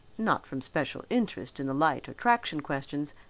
not from special interest in the light or traction questions,